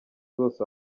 zose